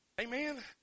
Amen